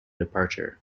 departure